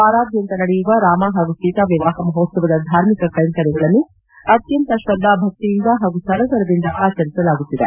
ವಾರಾದ್ಯಂತ ನಡೆಯುವ ರಾಮ ಹಾಗು ಸೀತಾ ವಿವಾಹ ಮಹೋತ್ಲವದ ಧಾರ್ಮಿಕ ಕೈಂಕರ್ಯಗಳನ್ನು ಅತ್ಯಂತ ಶ್ರದ್ಧಾ ಭಕ್ತಿ ಹಾಗೂ ಸಡಗರದಿಂದ ಆಚರಿಸಲಾಗುತ್ತಿದೆ